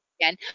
again